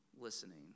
listening